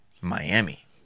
Miami